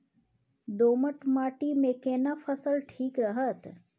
दोमट माटी मे केना फसल ठीक रहत?